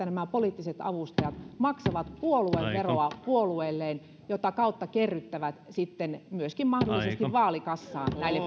nämä poliittiset avustajat maksavat puolueveroa puolueelleen jota kautta kerryttävät sitten myöskin mahdollisesti vaalikassaa näille